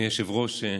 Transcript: אדוני היושב-ראש,